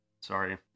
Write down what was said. sorry